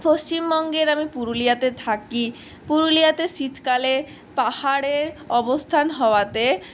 পশ্চিমবঙ্গের আমি পুরুলিয়াতে থাকি পুরুলিয়াতে শীতকালে পাহাড়ের অবস্থান হওয়াতে